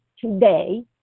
today